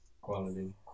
Quality